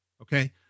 Okay